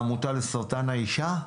העמותה לסרטן האישה,